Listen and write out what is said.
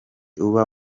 uba